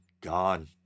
Gone